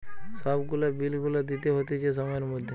সব গুলা বিল গুলা দিতে হতিছে সময়ের মধ্যে